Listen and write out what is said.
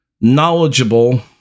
knowledgeable